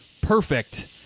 perfect